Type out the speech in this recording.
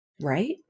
Right